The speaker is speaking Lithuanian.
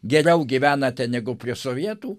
geriau gyvenate negu prie sovietų